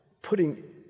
putting